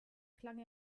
klang